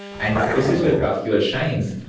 and this is where graphql shines,